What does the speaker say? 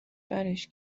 برش